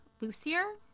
Lucier